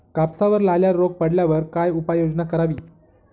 कापसावर लाल्या रोग पडल्यावर काय उपाययोजना करावी?